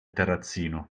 terrazzino